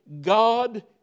God